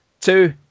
two